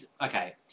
okay